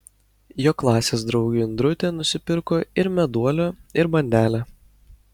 jo klasės draugė indrutė nusipirko ir meduolio ir bandelę